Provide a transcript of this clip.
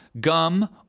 gum